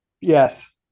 Yes